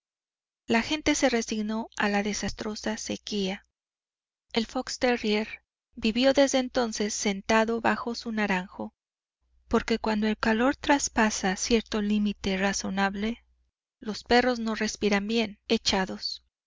la gente se resignó a una desastrosa sequía el fox terrier vivió desde entonces sentado bajo su naranjo porque cuando el calor traspasa cierto límite razonable los perros no respiran bien echados